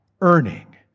earning